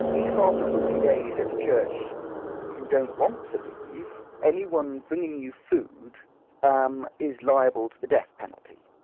if after forty days at a church you don't want to leave, anyone bringing you food um is liable to the death penalty.